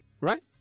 right